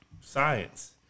science